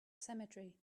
cemetery